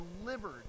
delivered